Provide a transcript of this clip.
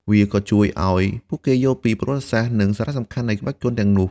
វាក៏ជួយឲ្យពួកគេយល់ពីប្រវត្តិសាស្រ្ត និងសារៈសំខាន់នៃក្បាច់គុនទាំងនោះ។